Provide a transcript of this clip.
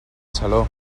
xaló